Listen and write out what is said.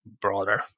broader